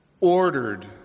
Ordered